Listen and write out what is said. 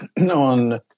on